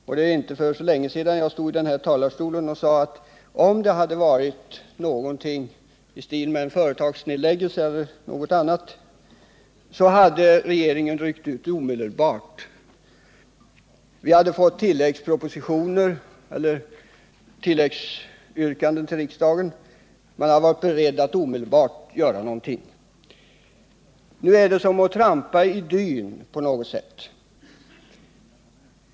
För inte så länge sedan stod jag i den här talarstolen och sade att om det i stället hade rört sig om en företagsnedläggelse eller någonting liknande, så hade regeringen ryckt ut omedelbart. Vi hade fått yrkanden om tilläggsanslag, och man skulle ha varit beredd att omedelbart göra någonting. Nu är det som att trampa i dyn på något sätt.